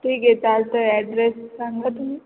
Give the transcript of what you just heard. ठीके चालतय ॲड्रेस सांगा तुम्ही